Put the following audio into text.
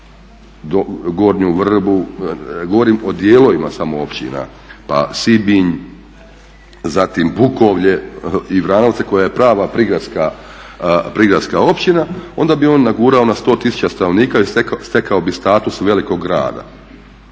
Gornju Vrbu govorim o dijelovima samo općina, pa Sibinj, zatim Bukovlje i Vranovce koja je prava prigradska općina onda bi on nagurao na 100 tisuća stanovnika i stekao bi status velikog grada